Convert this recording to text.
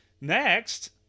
Next